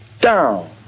down